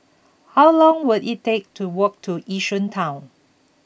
how long will it take to walk to Yishun Town